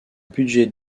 budget